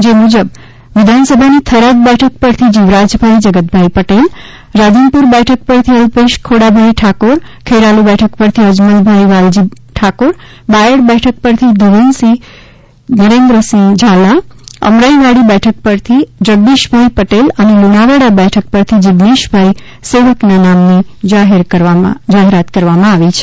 જે મુજબ વિધાનસભાની થરાદ બેઠક પરથી જીવરાજભાઈ જગતભાઈ પટેલ રાધનપુર બેઠક પરથી અલ્પેશ ખોડાભાઈ ઠાકોર ખેરાલુ બેઠક પરથી અજમલભાઈ વાલજી ઠાકોર બાયડ બેઠક પરથી ધવનસિંહ નરેન્દ્રસિંહ ઝાલા અમરાઈવાડી બેઠક પરથી જગદીશભાઈ પટેલ અને લુણાવાડા બેઠક પરથી જીજ્ઞેશભાઈ સેવકના નામની જાહેરાત કરવામાં આવી છે